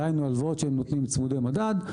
דהיינו הלוואות שהם נותנים צמודי מדד.